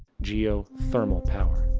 geothermal power.